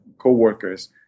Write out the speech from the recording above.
co-worker's